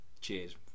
cheers